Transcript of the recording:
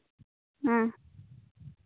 ᱦᱮᱸ